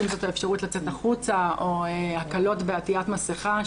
אם זה האפשרות לצאת החוצה או הקלות בעטיית מסכה,